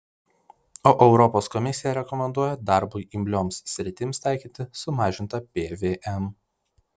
o europos komisija rekomenduoja darbui imlioms sritims taikyti sumažintą pvm